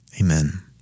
Amen